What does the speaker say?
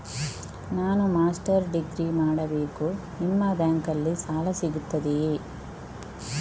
ನಾನು master degree ಮಾಡಬೇಕು, ನಿಮ್ಮ ಬ್ಯಾಂಕಲ್ಲಿ ಸಾಲ ಸಿಗುತ್ತದೆಯೇ?